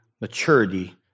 maturity